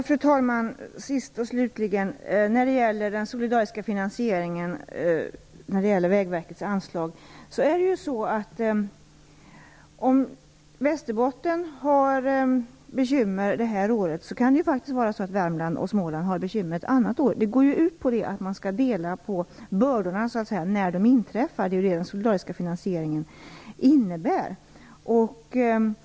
Fru talman! När det gäller den solidariska finansieringen och Vägverkets anslag är det ju så att om Västerbotten har bekymmer det här året kan det vara Värmland och Småland som har bekymmer ett annat år. Det går ju ut på att man skall dela på bördan när det inträffar saker. Det är vad den solidariska finansieringen innebär.